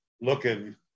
looking